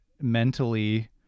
mentally